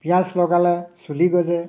পিঁয়াজ লগালে চুলি গজে